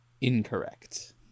incorrect